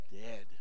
dead